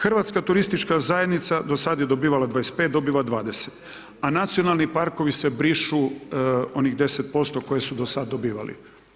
Hrvatska turistička zajednica do sad je dobivala 25, dobiva 20, a Nacionalni parkovi se brišu onih 10% koje su do sad dobivali.